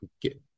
get